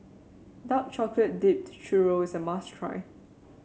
Dark Chocolate Dipped Churro is a must try